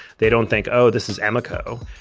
they don't think oh, this is emeco.